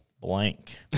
Blank